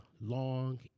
long